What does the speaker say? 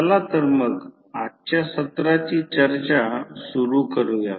चला तर मग आजच्या सत्राची चर्चा सुरू करूयात